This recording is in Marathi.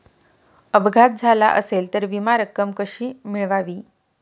अपघात झाला असेल तर विमा रक्कम कशी मिळवावी?